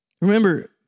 Remember